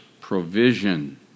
provision